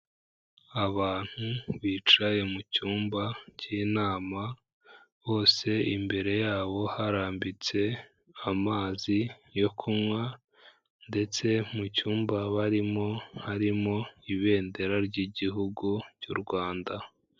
Abantu bicaye mu cyumba cy'inama, bose imbere yabo harambitse amazi yo kunywa ndetse mu cyumba barimo harimo Ibendera ry'Igihugu cy'u Rwanda.